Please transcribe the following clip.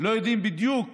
לא יודעים בדיוק